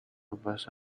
numbers